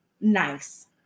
nice